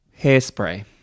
Hairspray